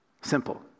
Simple